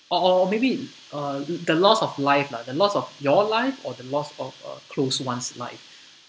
or maybe uh the loss of life lah the loss of your life or the loss of a close one's life